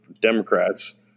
Democrats